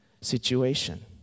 situation